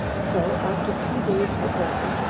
so after three days were over,